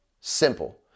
Simple